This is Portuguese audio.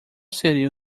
seria